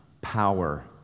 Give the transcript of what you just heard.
power